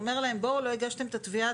אומר להם לא הגשתם את התביעה,